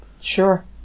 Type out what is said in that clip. Sure